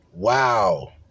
Wow